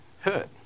hurt